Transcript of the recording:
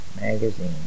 Magazine